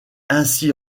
ainsi